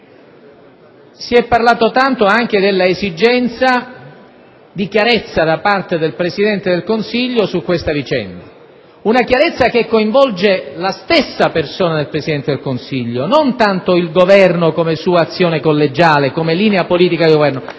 Si è parlato tanto dell'esigenza di chiarezza da parte del Presidente del Consiglio su questa vicenda. Una chiarezza che coinvolge la stessa persona del Presidente del Consiglio, non tanto il Governo nella sua azione collegiale e nella sua linea politica, ma come